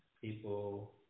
People